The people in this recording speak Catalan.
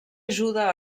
ajuda